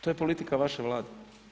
To je politika vaše Vlade.